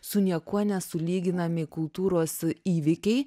su niekuo nesulyginami kultūros įvykiai